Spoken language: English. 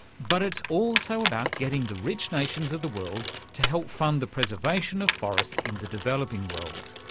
but it's also about getting the rich nations of the world to help fund the preservation of forests in the developing world.